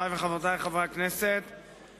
חברותי וחברי חברי הכנסת,